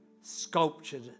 sculptured